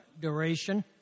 duration